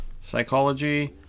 psychology